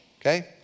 Okay